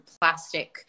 plastic